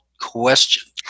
question